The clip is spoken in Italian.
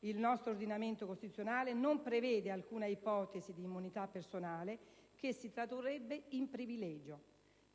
Il nostro ordinamento costituzionale non prevede alcuna ipotesi di immunità personale, che si tradurrebbe in privilegio;